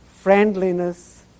friendliness